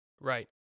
Right